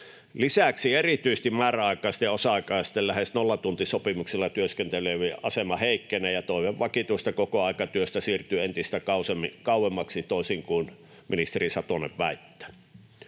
Lisäksi erityisesti määräaikaisten ja osa-aikaisten lähes nollatuntisopimuksilla työskentelevien asema heikkenee ja toive vakituisesta kokoaikatyöstä siirtyy entistä kauemmaksi, toisin kuin ministeri Satonen väittää.